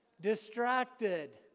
Distracted